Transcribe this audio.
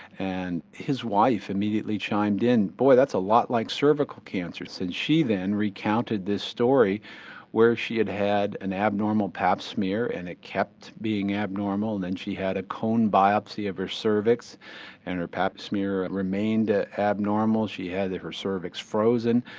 and his wife immediately chimed in, boy that's a lot like cervical cancer. so and she then recounted this story where she had had an abnormal pap smear and it kept being abnormal. and then she had a cone biopsy of her cervix and her pap smear remained ah abnormal. she had her cervix frozen.